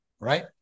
right